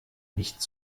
nicht